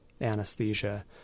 anesthesia